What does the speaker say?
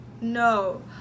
no